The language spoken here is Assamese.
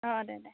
অঁ অঁ দে দে